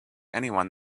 anyone